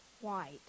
white